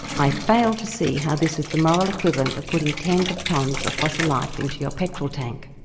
i fail to see how this is the moral equivalent of putting tens of tonnes of fossil life into your petrol tank.